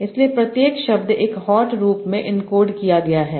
इसलिए प्रत्येक शब्द एक हॉट रूप में इनकोड किया गया है